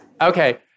Okay